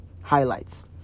highlights